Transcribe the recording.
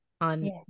on